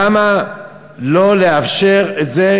למה לא לאפשר את זה